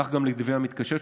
גם לדברי המתקשרת,